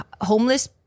homeless